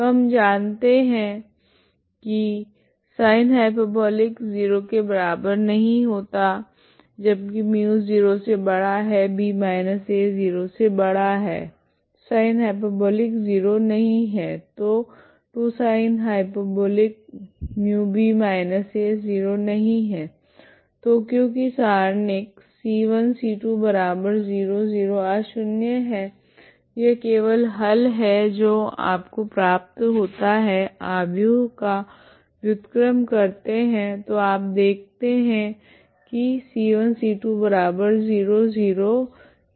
तो हम जानते है की sinh ≠0 μ0 b−a0 sinh ≠0 तो 2sinh μb−a≠0 तो क्योकि सारणिक अशून्य है यह केवल हल है जो आपको प्राप्त होता है आव्यूह का व्युत्क्रम करते है तो आप देख सकते है की केवल हल है